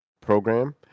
program